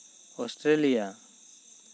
Australia